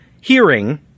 hearing